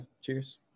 Cheers